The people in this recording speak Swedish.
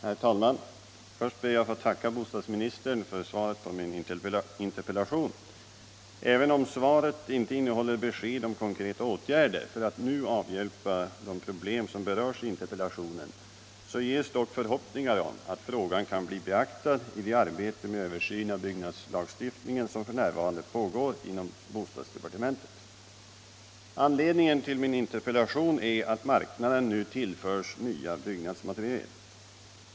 Herr talman! Först ber jag att få tacka bostadsministern för svaret på min interpellation. Även om svaret inte innehåller besked om konkreta åtgärder för att nu avhjälpa de problem som berörs i interpellationen ges dock förhoppningar om att frågan kan bli beaktad i det arbete med översynen av byggnadslagstiftningen som f. n. pågår inom bostadsdepartementet. Anledningen till min interpellation är att marknaden nu tillförs nya byggnadsmateriel.